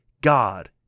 God